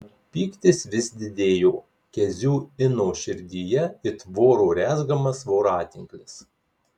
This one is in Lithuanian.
pyktis vis didėjo kezių ino širdyje it voro rezgamas voratinklis